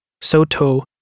Soto